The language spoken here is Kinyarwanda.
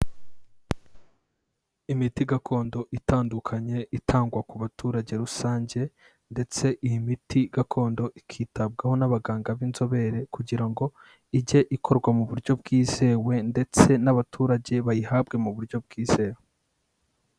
Imiti gakondo itandukanye itangwa ku baturage rusange ndetse iyi miti gakondo ikitabwaho n'abaganga b'inzobere kugira ngo ijye ikorwa mu buryo bwizewe ndetse n'abaturage bayihabwe mu buryo bwizewe.